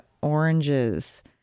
oranges